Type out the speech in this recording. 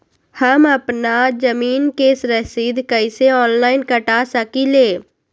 हम अपना जमीन के रसीद कईसे ऑनलाइन कटा सकिले?